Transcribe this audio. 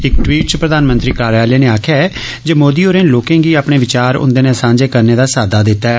इक ट्वीट च प्रधानमंत्री कार्यालय नै आक्खेआ ऐ जे मोदी होरें लोकें गी अपने विचार उन्दे नै सांझे करने दा साद्दा दित्ता ऐ